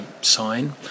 sign